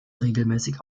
regelmäßig